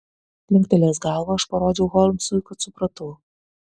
linktelėjęs galvą aš parodžiau holmsui kad supratau